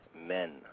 men